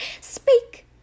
Speak